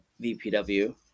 VPW